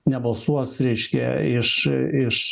nebalsuos reiškia iš iš